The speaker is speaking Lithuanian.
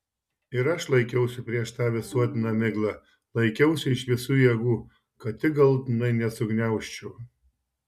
ir aš laikiausi prieš tą visuotiną miglą laikiausi iš visų jėgų kad tik galutinai nesugniaužčiau